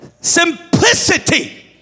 simplicity